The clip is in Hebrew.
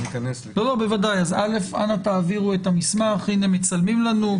הנה מצלמים לנו.